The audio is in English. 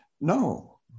no